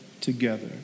together